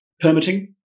Permitting